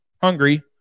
hungry